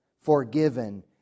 forgiven